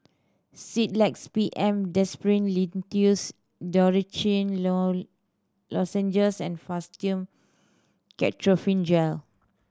Sedilix B M Linctus Dorithricin Lozenges and Fastum Ketoprofen Gel